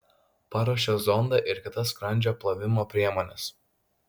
paruošia zondą ir kitas skrandžio plovimo priemones